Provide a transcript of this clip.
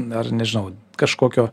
ar nežinau kažkokio